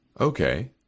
Okay